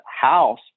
house